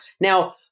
Now